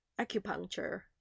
acupuncture